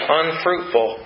unfruitful